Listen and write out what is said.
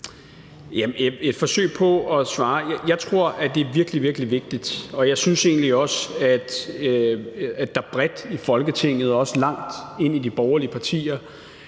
det er virkelig, virkelig vigtigt, og jeg synes egentlig også, at der bredt i Folketinget og også langt ind i de borgerlige partier